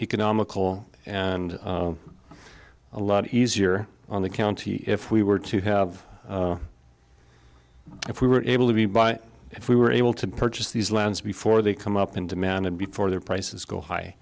economical and a lot easier on the county if we were to have if we were able to be buy if we were able to purchase these lands before they come up in demand and before their prices go high